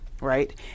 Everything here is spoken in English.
right